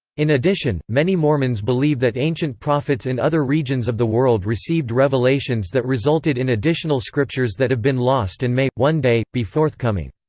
in addition, many mormons believe that ancient prophets in other regions of the world received revelations that resulted in additional scriptures that have been lost and may, one day, be forthcoming.